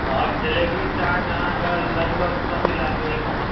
आओर delivery charge अहाँके लगभग सभ मिलाके एक हजार